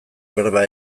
berba